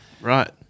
Right